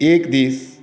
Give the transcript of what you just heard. एक दीस